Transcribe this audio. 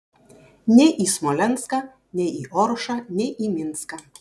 nei į smolenską nei į oršą nei į minską